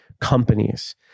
companies